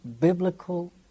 biblical